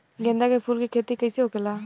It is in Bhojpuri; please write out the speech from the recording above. गेंदा के फूल की खेती कैसे होखेला?